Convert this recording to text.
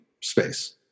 space